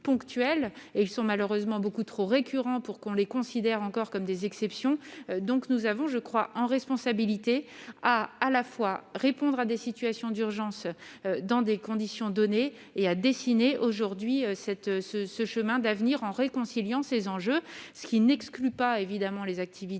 et ils sont malheureusement beaucoup trop récurrents pour qu'on les considère encore comme des exceptions, donc nous avons je crois en responsabilité à la fois répondre à des situations d'urgence dans des conditions données et à dessiner aujourd'hui cette ce ce chemin d'avenir en réconciliant ses enjeux, ce qui n'exclut pas évidemment les activités